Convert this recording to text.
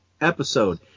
episode